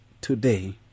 today